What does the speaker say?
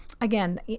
again